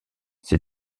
ses